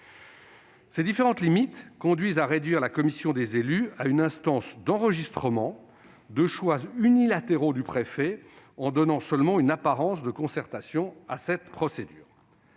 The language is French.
Ces différentes limites conduisent à réduire la commission des élus à une instance d'enregistrement de choix unilatéraux du préfet, tout en donnant une apparence de concertation à cette procédure.